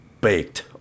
baked